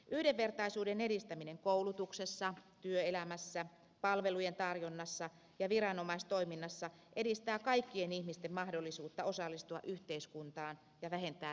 yhdenvertaisuuden edistäminen koulutuksessa työelämässä palvelujen tarjonnassa ja viranomaistoiminnassa edistää kaikkien ihmisten mahdollisuutta osallistua yhteiskuntaan ja vähentää syrjäytymistä